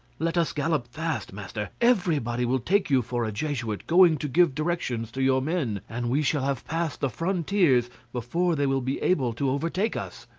let us gallop fast, master, everybody will take you for a jesuit, going to give directions to your men, and we shall have passed the frontiers before they will be able to overtake us.